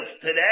today